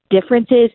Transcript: differences